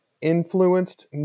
influenced